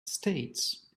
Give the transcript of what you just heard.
states